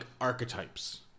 archetypes